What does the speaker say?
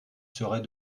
serais